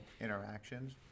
interactions